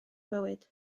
bywyd